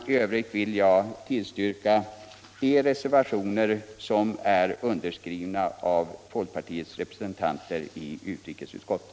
I övrigt vill jag tillstyrka de reservationer som är underskrivna av folkpartiets representanter i utrikesutskottet.